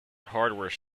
hardware